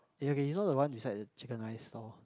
okay you know the one beside the chicken rice stall